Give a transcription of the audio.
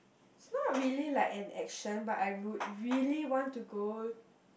it's not really like an action but I would really want to go